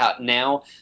now